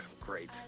great